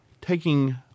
taking